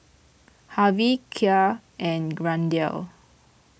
Hervey Kya and Randell